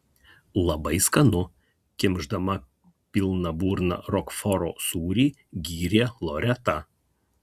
labai skanu kimšdama pilna burna rokforo sūrį gyrė loreta